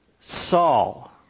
Saul